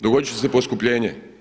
Dogodit će se poskupljenje.